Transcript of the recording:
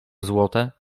złote